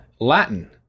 Latin